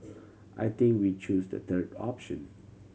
I think we chose the third option